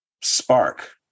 spark